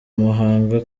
muhanga